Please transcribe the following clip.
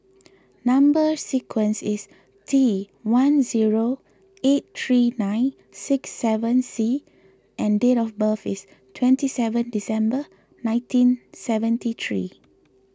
Number Sequence is T one zero eight three nine six seven C and date of birth is twenty seven December nineteen seventy three